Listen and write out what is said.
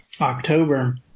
October